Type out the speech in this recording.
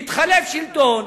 מתחלף השלטון,